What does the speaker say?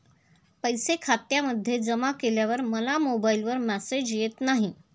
पैसे खात्यामध्ये जमा केल्यावर मला मोबाइलवर मेसेज येत नाही?